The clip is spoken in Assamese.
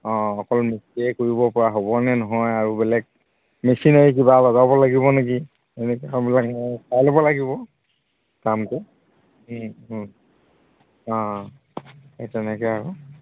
অঁ অকল মিস্ত্ৰীয়ে কৰিব পৰা হ'বনে নহয় আৰু বেলেগ মেচিনেৰী কিবা লগাব লাগিব নেকি এনেকৈ সববিলাক চাই ল'ব লাগিব কামটো অঁ সেই তেনেকৈ আৰু